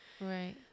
Right